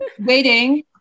waiting